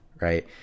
right